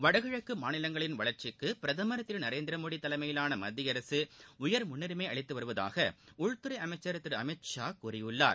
வடகிழக்கு மாநிலங்களின் வளர்ச்சிக்கு பிரதமர் திரு நரேந்திர மோடி தலைமையிலான மத்திய அரசு உயர் முள்னுரினம அளித்து வருவதாக உள்துறை அமைச்சர் திரு அமித் ஷா கூறியுள்ளார்